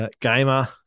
gamer